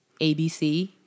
ABC-